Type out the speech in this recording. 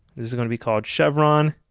this is going to be called chevron,